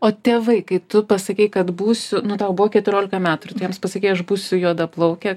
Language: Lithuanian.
o tėvai kai tu pasakei kad būsiu nu tau buvo keturiolika metų ir tu jiems pasakei aš būsiu juodaplaukė